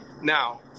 now